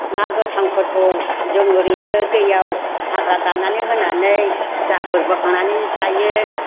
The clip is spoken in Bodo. ना गोथांफोरखौ जों ओरैनो दैयाव हाग्रा दाननानै होनानै जाबोर बोखांनानै जायो